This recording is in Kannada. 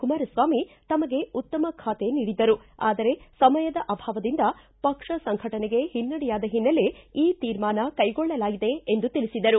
ಕುಮಾರಸ್ವಾಮಿ ತಮಗೆ ಉತ್ತಮ ಖಾತೆ ನೀಡಿದ್ದರು ಆದರೆ ಸಮಯದ ಅಭಾವದಿಂದ ಪಕ್ಷ ಸಂಘಟನೆಗೆ ಹಿನ್ನಡೆಯಾದ ಹಿನ್ನೆಲೆ ಈ ತೀರ್ಮಾನ ಕೈಗೊಳ್ಳಲಾಗಿದೆ ಎಂದು ತಿಳಿಸಿದರು